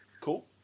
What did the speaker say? Cool